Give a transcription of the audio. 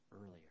earlier